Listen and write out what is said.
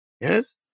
Yes